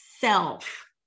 self